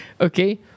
okay